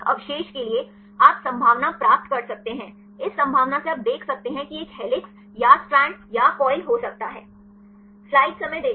प्रत्येक अवशेष के लिए आप संभावना प्राप्त कर सकते हैं इस संभावना से आप देख सकते हैं कि यह एक हेलिक्स या स्ट्रैंड या कॉइल हो सकता है